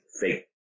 fake